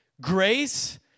Grace